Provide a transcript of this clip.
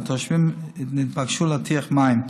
והתושבים התבקשו להרתיח מים.